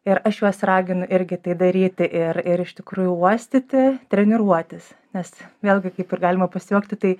ir aš juos raginu irgi tai daryti ir ir iš tikrųjų uostyti treniruotis nes vėlgi kaip ir galima pasijuokti tai